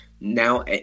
Now